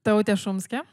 tautė šumskė